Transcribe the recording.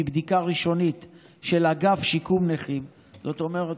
מבדיקה ראשונית של אגף שיקום נכים זאת אומרת,